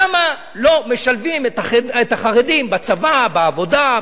למה לא משלבים את החרדים בצבא, בעבודה.